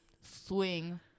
swing